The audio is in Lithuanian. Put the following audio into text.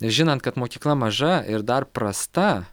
žinant kad mokykla maža ir dar prasta